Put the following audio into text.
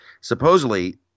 supposedly